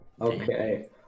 Okay